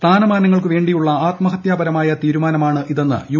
സ്ഥാനമാനങ്ങൾക്കു വേണ്ടിയുള്ള ആത്മഹത്യാപരമായ തീരുമാനമാണിതെന്ന് യു